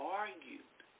argued